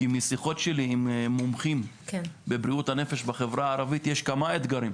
כי משיחות שלי עם מומחים בבריאות הנפש בחברה הערבית יש כמה אתגרים.